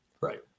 Right